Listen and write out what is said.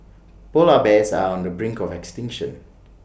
Polar Bears are on the brink of extinction